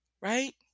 Right